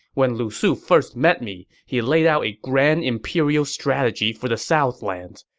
when lu su first met me, he laid out a grand imperial strategy for the southlands.